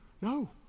No